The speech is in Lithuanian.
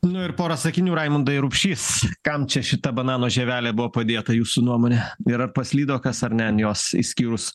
nu ir porą sakinių raimundai rupšys kam čia šita banano žievelė buvo padėta jūsų nuomone ir ar paslydo kas ar ne jos išskyrus